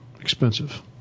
expensive